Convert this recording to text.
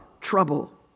trouble